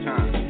Time